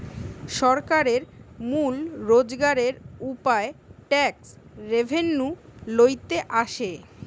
সরকারের মূল রোজগারের উপায় ট্যাক্স রেভেন্যু লইতে আসে